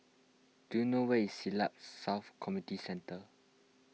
do you know where is Siglap South Community Centre